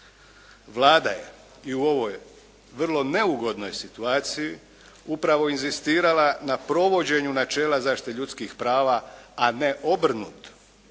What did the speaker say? Vlada je i u ovoj vrlo neugodnoj situaciji upravo inzistirala na provođenju načela zaštite ljudskih prava, a ne obrnuto.